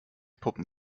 puppen